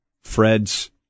Fred's